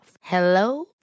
Hello